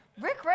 Rick